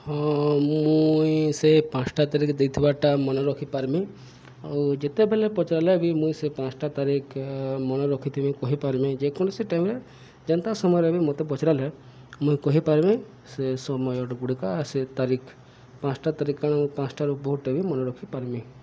ହଁ ମୁଇଁ ସେ ପାଞ୍ଚଟା ତାରିଖ ଦେଇଥିବାଟା ମନେ ରଖିପାରମି ଆଉ ଯେତେବେଳେ ପଚାରିଲେ ବି ମୁଇଁ ସେ ପାଞ୍ଚଟା ତାରିଖ ମନେ ରଖିଥିବି କହିପାରମି ଯେକୌଣସି ଟାଇମରେ ଯେନ୍ତା ସମୟରେ ବି ମୋତେ ପଚାରିଲେ ମୁଇଁ କହିପାରମି ସେ ସମୟଟା ଗୁଡ଼ିକ ସେ ତାରିିଖ ପାଞ୍ଚଟା ତାରିଖ କାଣା ମୁଁ ପାଞ୍ଚଟାରୁ ବହୁତଟେ ବି ମନେ ରଖିପାରମି